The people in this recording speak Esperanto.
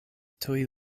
tuj